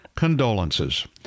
condolences